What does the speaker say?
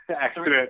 accident